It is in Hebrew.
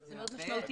זה מאוד משמעותי.